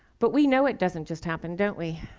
but we know it doesn't just happen, don't we?